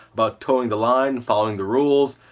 about toeing the line, following the rules,